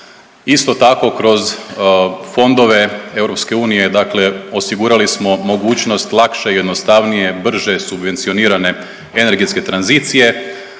Isto tako kroz fondove EU dakle osigurali smo mogućnost lakše i jednostavnije i brže subvencionirane energetske tranzicije